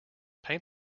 paint